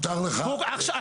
זה מקומם,